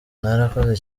mwarakoze